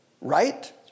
right